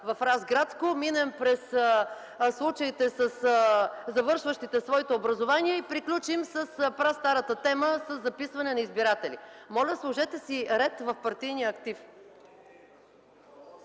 в Разградско, минем през случаите със завършващите своето образование и приключим с прастарата тема със записване на избиратели. Моля сложете си ред в партийния актив.